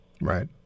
right